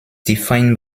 defined